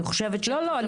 לא לא.